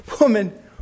Woman